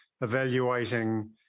evaluating